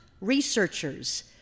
researchers